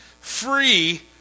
free